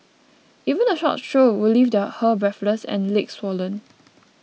even a short stroll would leave her breathless and legs swollen